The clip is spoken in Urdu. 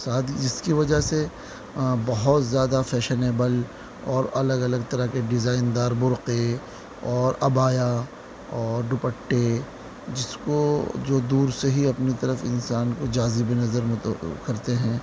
سادگی جس کی وجہ سے بہت زیادہ فیشنیبل اور الگ الگ طرح کے ڈیزائین دار برقعے اور عبایا اور دوپٹے جس کو جو دور سے ہی اپنی طرف انسان کو جاذب نظر کرتے ہیں